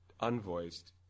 unvoiced